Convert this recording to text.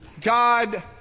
God